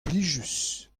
plijus